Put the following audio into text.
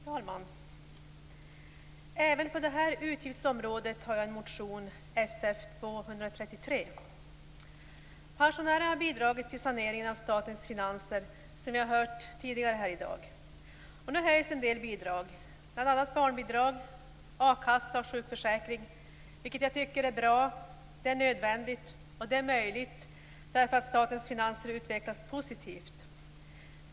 Fru talman! Även på det här utgiftsområdet har jag en motion, nämligen Sf233. Som vi har hört tidigare här i dag har pensionärerna bidragit till saneringen av statens finanser. Nu höjs en del bidrag, bl.a. barnbidrag, a-kassa och sjukförsäkring, vilket jag tycker är bra. Det är nödvändigt, och det är möjligt därför att statens finanser utvecklas positivt.